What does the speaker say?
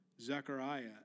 Zechariah